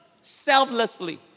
selflessly